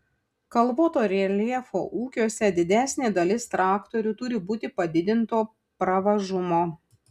kalvoto reljefo ūkiuose didesnė dalis traktorių turi būti padidinto pravažumo